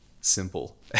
simple